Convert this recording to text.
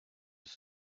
your